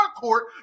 court